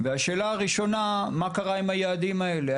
השאלה הראשונה שעולה היא מה קרה עם היעדים האלה?